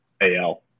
AL